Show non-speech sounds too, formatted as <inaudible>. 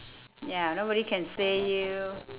<breath> ya nobody can say you